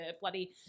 bloody